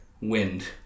Wind